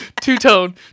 Two-tone